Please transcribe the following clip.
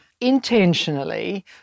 intentionally